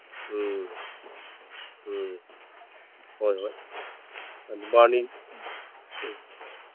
ꯎꯝ ꯎꯝ ꯍꯣꯏ ꯍꯣꯏ ꯕꯥꯔꯨꯅꯤ ꯑ ꯑ